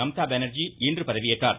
மம்தா பானர்ஜி இன்று பதவியேற்றார்